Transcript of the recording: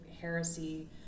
heresy